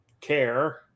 care